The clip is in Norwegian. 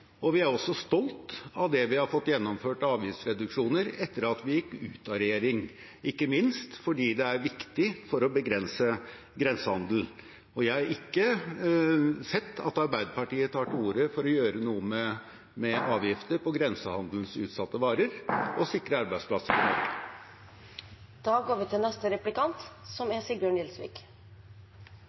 og vi er også stolt av det vi har fått gjennomført av avgiftsreduksjoner etter at vi gikk ut av regjering, ikke minst fordi det er viktig for å begrense grensehandelen. Jeg har ikke sett at Arbeiderpartiet tar til orde for å gjøre noe med avgifter på grensehandelsutsatte varer og sikre arbeidsplasser. Fasiten etter over seks år med Fremskrittspartiet i regjering er